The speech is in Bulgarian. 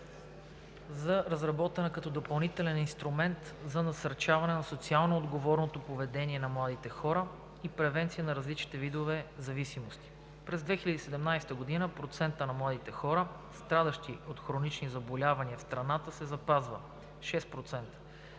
разработена като допълнителен инструмент за насърчаване на социално отговорното поведение на младите хора и превенция на различните видове зависимости. През 2017 г. процентът на младите хора, страдащи от хронични заболявания в страната се запазва –